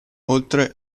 oltre